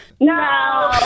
No